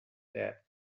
that